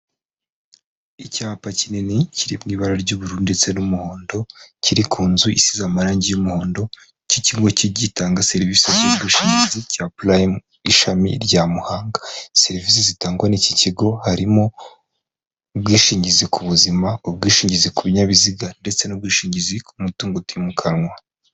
Icyapa kinini kiri mu ibara ry'ubururu ndetse n'umuhondo, kiri ku nzu isize amarangi y'umuhondo, ikigo gitanga serivisi z'ubwishingizi cya Prime ishami rya Muhanga, serivisi zitangwa n'iki kigo harimo ubwishingizi ku buzima, ubwishingizi ku binyabiziga, ndetse n'ubwishingizi ku' mutungo utimukanwa.